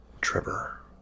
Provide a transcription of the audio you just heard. Trevor